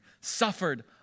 suffered